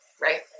Right